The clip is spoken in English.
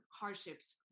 hardships